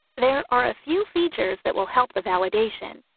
there are a few features that will help the validation.